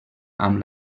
amb